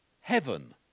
heaven